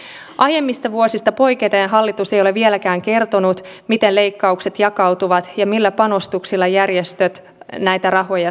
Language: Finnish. eli tämä valtiovarainvaliokunnan lisäämä määräraha ei paikkaa niitä leikkauksia mitä etsivään nuorisotyöhön ja työpajatoimintaan tuli